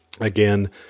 again